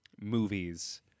movies